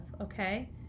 okay